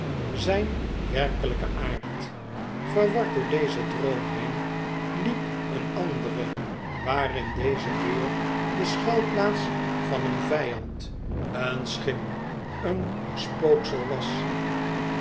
zijn werkelijken aard verward door dezen droom heen liep een andere waarin deze deur de schuilplaats van een vijand een schim een spooksel was